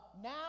now